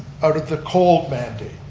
out of the cold mandate.